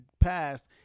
passed